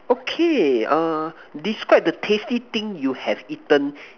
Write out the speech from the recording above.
okay uh describe the tasty thing you have eaten